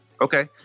Okay